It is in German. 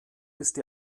ist